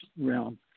realm